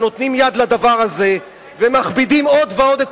שנותנים יד לדבר הזה ומכבידים עוד ועוד את